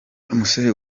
umusore